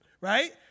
right